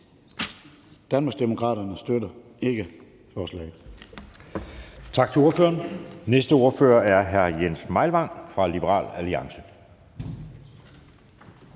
Danmarksdemokraterne støtter ikke forslaget.